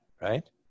right